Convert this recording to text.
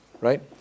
Right